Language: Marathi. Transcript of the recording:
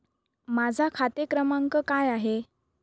माझा खाते क्रमांक काय आहे?